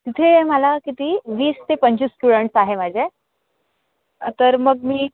तिथे मला किती वीस ते पंचवीस स्टुडंट्स आहे माझे तर मग मी